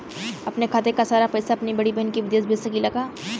अपने खाते क सारा पैसा अपने बड़ी बहिन के विदेश भेज सकीला का?